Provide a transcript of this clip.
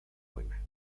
buena